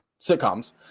sitcoms